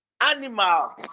Animal